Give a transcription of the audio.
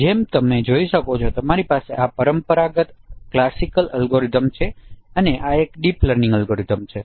જેમ તમે જોઈ શકો છો કે તમારી પાસે આ પરંપરાગત અલ્ગોરિધમ છે અને આ એક ડીપ લર્નિંગ અલ્ગોરિધમ્સ છે